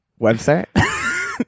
website